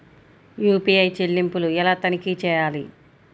UPI చెల్లింపులు ఎలా తనిఖీ చేయాలి?